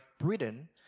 Britain